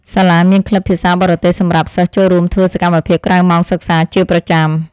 សាលាមានក្លឹបភាសាបរទេសសម្រាប់សិស្សចូលរួមធ្វើសកម្មភាពក្រៅម៉ោងសិក្សាជាប្រចាំថ្ងៃ។